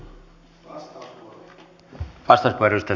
arvoisa herra puhemies